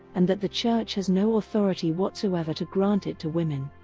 and that the church has no authority whatsoever to grant it to women.